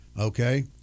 Okay